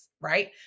right